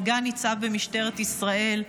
סגן ניצב במשטרת ישראל,